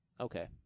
Okay